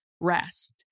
rest